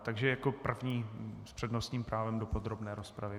Takže jako první s přednostním právem do podrobné rozpravy.